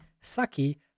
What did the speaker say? Saki